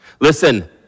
Listen